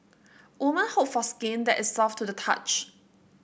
woman hope for skin that is soft to the touch